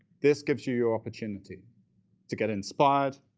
this gives you your opportunity to get inspired,